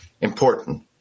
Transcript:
important